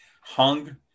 hung